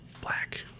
black